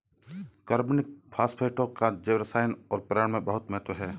कार्बनिक फास्फेटों का जैवरसायन और पर्यावरण में बहुत महत्व है